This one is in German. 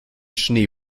schnee